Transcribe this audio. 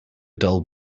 dull